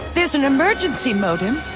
there's an emergency modem,